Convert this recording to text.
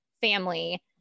family